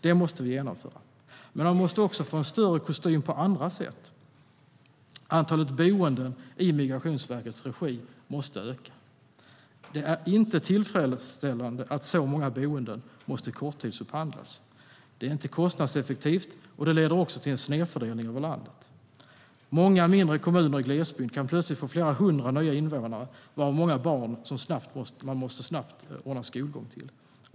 Det måste vi genomföra. Man måste också få en större kostym på andra sätt. Antalet boenden i Migrationsverkets regi måste öka. Det är inte tillfredsställande att så många boenden måste korttidsupphandlas. Det är inte kostnadseffektivt, och det leder också till en snedfördelning över landet. Många mindre kommuner i glesbygd kan plötsligt få flera hundra nya invånare, varav många barn som man snabbt måste ordna skolgång till.